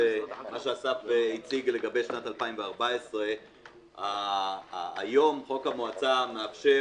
מה שאסף הציג לגבי שנת 2014. היום חוק המועצה מאפשר